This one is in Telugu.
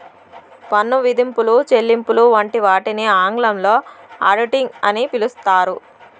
పన్ను విధింపులు, చెల్లింపులు వంటి వాటిని ఆంగ్లంలో ఆడిటింగ్ అని పిలుత్తారు